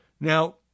Now